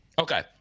okay